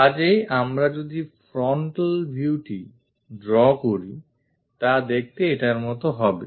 কাজেই আমরা যদি frontal view টি draw করি তা দেখতে এটার মতো হবে